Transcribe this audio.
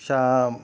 श